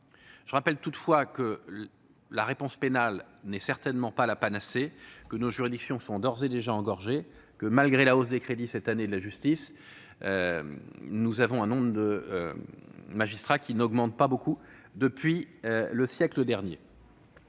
Je rappelle toutefois que la réponse pénale n'est certainement pas la panacée, que nos juridictions sont d'ores et déjà engorgées et que, malgré la hausse des crédits de la justice cette année, le nombre de magistrats n'a pas beaucoup augmenté depuis le siècle dernier.